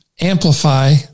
amplify